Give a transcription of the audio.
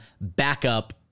backup